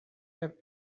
have